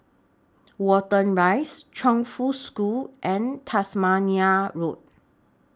Watten Rise Chongfu School and Tasmania Road